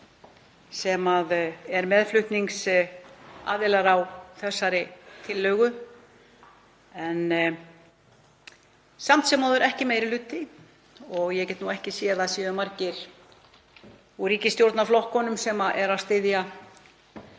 sem er meðflutningsaðilar á þessari tillögu en samt sem áður ekki meiri hluti og ég get ekki séð að það séu margir úr ríkisstjórnarflokkunum sem styðja